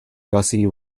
gussie